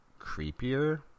creepier